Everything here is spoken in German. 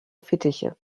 fittiche